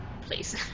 Please